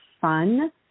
fun